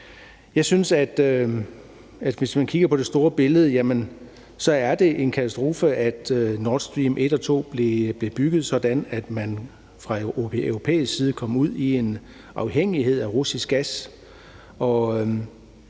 Jeg synes, at hvis man kigger på det store billede, er det en katastrofe, at Nord Stream 1 og 2 blev bygget sådan, at man fra europæisk side kom ud i en afhængighed af russisk gas.